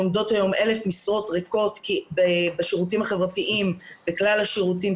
עומדות היום 1,000 משרות ריקות בשירותים החברתיים בכלל השירותים,